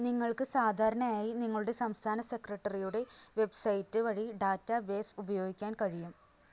നിങ്ങൾക്ക് സാധാരണ ആയി നിങ്ങളുടെ സംസ്ഥാന സെക്രട്ടറിയുടെ വെബ്സൈറ്റ് വഴി ഡാറ്റാബേസ് ഉപയോഗിക്കാൻ കഴിയും